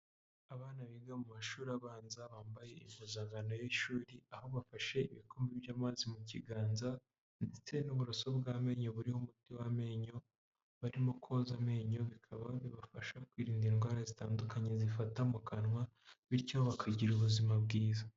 Abana biga mu mashuri abanza bambaye impuzankano y'ishuri aho bafashe ibikombe by'amazi mu kiganza ndetse n'uburoso bw'amenyo burimo umuti w'amenyo barimo koza amenyo, bikaba bibafasha kwirinda indwara zitandukanye zifata mu kanwa bityo bakagira ubuzima bwiza.